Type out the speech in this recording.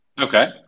Okay